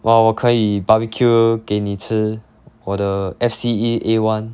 !wah! 我可以 barbecue 给你吃我的 F_C_E A one